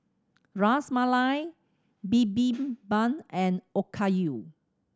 Ras Malai Bibimbap and Okayu